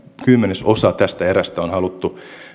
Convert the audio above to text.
kymmenesosa tästä erästä on on haluttu